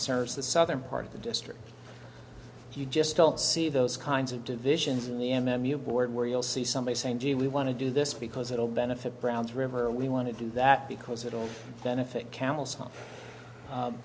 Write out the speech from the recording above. serves the southern part of the district you just don't see those kinds of divisions in the m m u board where you'll see somebody saying gee we want to do this because it will benefit browns river we want to do that because it will benefit camels